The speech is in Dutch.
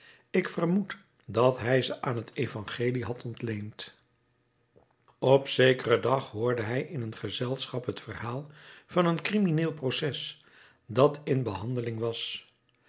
ik vermoed dat hij ze aan het evangelie had ontleend op zekeren dag hoorde hij in een gezelschap het verhaal van een crimineel proces dat in behandeling was